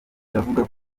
iravuga